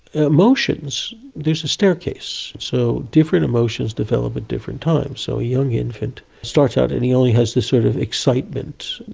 emotions, there's a staircase, so different emotions develop at different times. so a young infant starts out and he only has this sort of excitement,